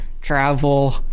travel